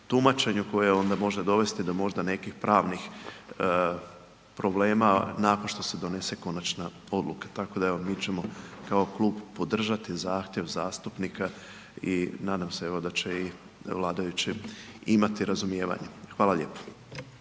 tumačenju koje onda može dovesti do možda nekih pravnih problema nakon što se donese konačna odluka. Tako da, evo mi ćemo kao klub podržati zahtjev zastupnika i nadam se evo, da će i vladajući imati razumijevanja. Hvala lijepo.